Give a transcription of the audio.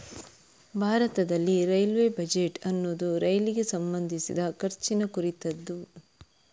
ಭಾರತದಲ್ಲಿ railway budget ಅನ್ನುದು ರೈಲಿಗೆ ಸಂಬಂಧಿಸಿದ ಖರ್ಚಿನ ಕುರಿತದ್ದು